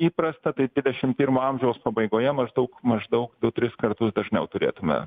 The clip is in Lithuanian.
įprasta tai dvidešim pirmo amžiaus pabaigoje maždaug maždaug du tris kartus dažniau turėtume